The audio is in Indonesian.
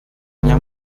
punya